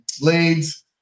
leads